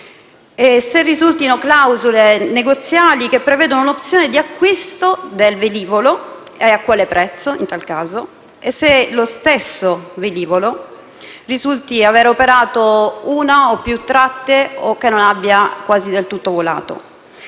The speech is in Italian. se risultino clausole negoziali che prevedono un'opzione di acquisto del velivolo e - in tal caso - a quale prezzo, e se lo stesso velivolo risulti aver operato una o più tratte o che non abbia quasi del tutto volato;